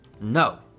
No